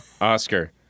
oscar